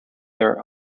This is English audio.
there